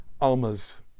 Alma's